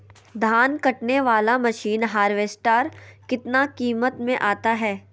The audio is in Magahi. धान कटने बाला मसीन हार्बेस्टार कितना किमत में आता है?